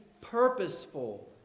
purposeful